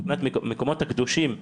המקומות הקדושים,